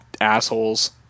assholes